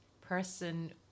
person